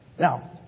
Now